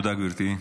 תודה, גברתי.